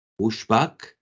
pushback